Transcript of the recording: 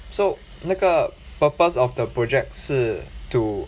so 那个 purpose of the project 是 to